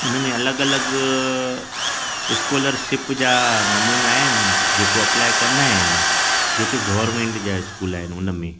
हुनमें अलॻि अलॻि स्कॉलरशिप जा नमूना आहिनि जेको अप्लाए कंदा आहिनि जेके गवर्मेंट जा स्कूल आहिनि उनमें